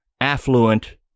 affluent